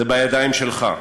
זה בידיים שלך.